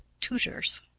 tutors